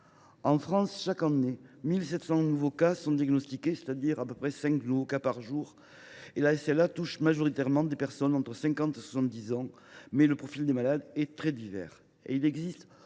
En France, chaque année, 1 700 nouveaux cas sont diagnostiqués, soit près de cinq nouveaux cas par jour. La SLA touche majoritairement des personnes entre 50 ans et 70 ans, mais le profil des malades est très divers.